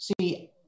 See